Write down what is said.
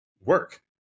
work